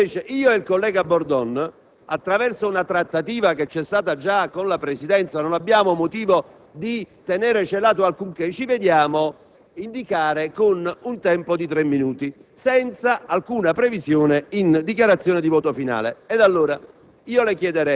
minuti ed io e il collega Bordon, attraverso una trattativa già avvenuta con la Presidenza - non abbiamo motivo di tenere celato alcunché - ci vediamo attribuito un tempo di tre minuti, senza alcuna previsione di tempi in dichiarazione di voto finale.